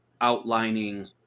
outlining